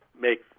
make